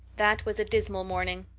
that was a dismal morning.